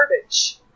garbage